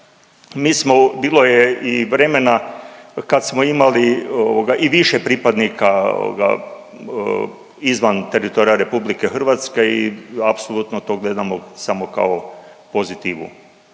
bilo je i vremena kad smo imali ovoga i više pripadnika ovoga izvan teritorija RH i apsolutno to gledamo samo kao pozitivu.